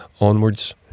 Onwards